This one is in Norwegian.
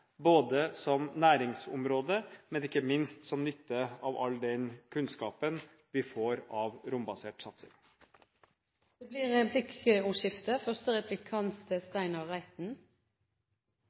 både som næringsområde og ikke minst nytten av all den kunnskapen vi får av rombasert satsing. Det blir replikkordskifte.